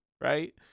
right